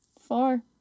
four